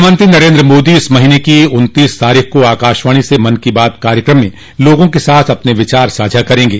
प्रधानमंत्री नरेन्द्र मोदी इस महीने की उन्तीस तारीख को आकाशवाणी से मन की बात कार्यक्रम में लोगों के साथ अपन विचार साझा करेंगे